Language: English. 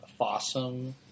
Fossum